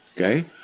okay